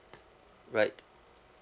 right